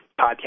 Podcast